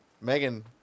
Megan